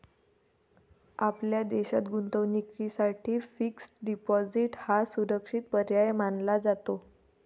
आपल्या देशात गुंतवणुकीसाठी फिक्स्ड डिपॉजिट हा सुरक्षित पर्याय मानला जातो